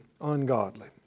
ungodly